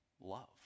love